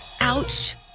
Ouch